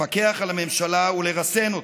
לפקח על הממשלה ולרסן אותה.